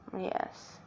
yes